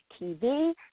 TV